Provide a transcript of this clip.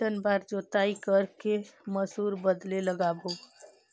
कितन बार जोताई कर के मसूर बदले लगाबो?